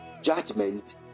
judgment